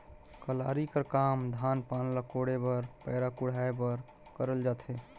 कलारी कर काम धान पान ल कोड़े बर पैरा कुढ़ाए बर करल जाथे